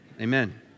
Amen